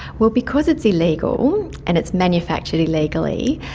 well, because it's illegal and it's manufactured illegally,